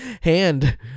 hand